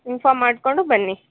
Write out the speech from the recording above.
inform ಮಾಡಿಕೊಂಡು ಬನ್ನಿ